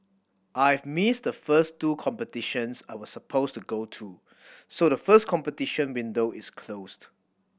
I've missed the first two competitions I was supposed to go to so the first competition window is closed